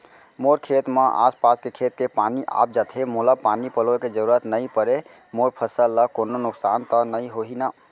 मोर खेत म आसपास के खेत के पानी आप जाथे, मोला पानी पलोय के जरूरत नई परे, मोर फसल ल कोनो नुकसान त नई होही न?